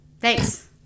Thanks